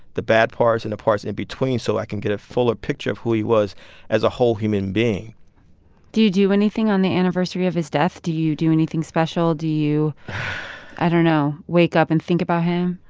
the bad parts and the parts in between, so i can get a fuller picture of who he was as a whole human being do you do anything on the anniversary of his death? do you do anything special? do you i don't know wake up and think about him?